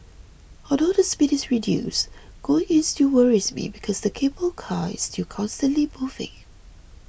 although the speed is reduced going in still worries me because the cable car is still constantly moving